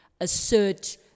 assert